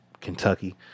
Kentucky